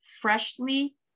freshly